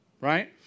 Right